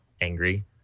angry